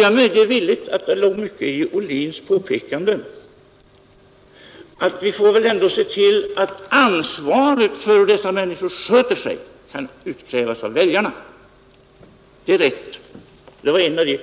Jag medger villigt att det låg mycket i herr Ohlins påpekande att vi ändå får se till att ansvaret för hur dessa människor sköter sig kan utkrävas av väljarna. Det är rätt. Det var en av de